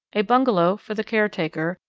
a bungalow for the caretaker,